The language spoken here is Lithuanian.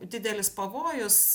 didelis pavojus